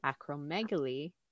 Acromegaly